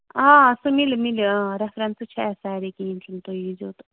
آ سُہ مِلہِ مِلہِ ٲں ریفرَنسہٕ چھےٚ اَسہِ سارے کِہیٖنۍ چھُنہٕ تُہۍ ییٖزیو تہٕ